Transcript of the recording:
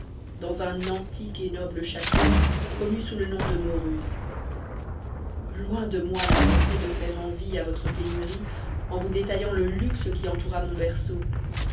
dans un antique et noble château connu sous le nom de mauruse loin de moi la pensée de faire envie à votre pénurie en vous détaillant le luxe qui entoura mon berceau